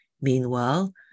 Meanwhile